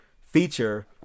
feature